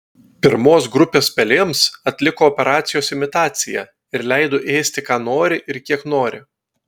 pirmos grupės pelėms atliko operacijos imitaciją ir leido ėsti ką nori ir kiek nori